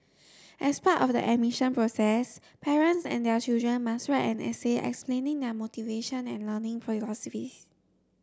as part of the admission process parents and their children must write an essay explaining their motivation and learning philosophies